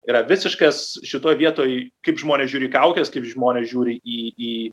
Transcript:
yra visiškas šitoj vietoj kaip žmonės žiūri į kaukes kaip žmonės žiūri į į